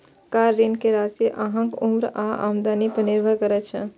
car ऋण के राशि अहांक उम्र आ आमदनी पर निर्भर करै छै